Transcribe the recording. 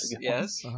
yes